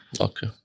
okay